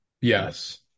Yes